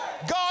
God